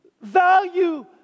Value